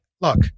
look